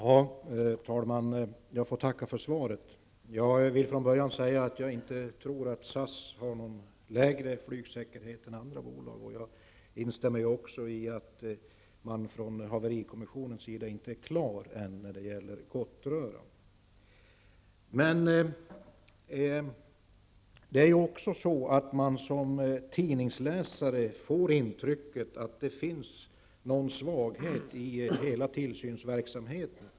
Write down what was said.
Herr talman! Jag får tacka för svaret. Jag vill från början säga att jag inte tror att SAS har lägre flygsäkerhet än andra bolag. Jag instämmer också i att man från haverikommissionens sida inte är klar när det gäller Gottröra. Som tidningsläsare får man emellertid intrycket att det finns någon svaghet i hela tillsynsverksamheten.